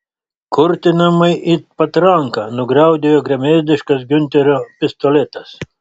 kurtinamai it patranka nugriaudėjo gremėzdiškas giunterio pistoletas